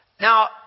now